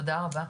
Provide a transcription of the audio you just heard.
תודה רבה.